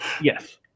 Yes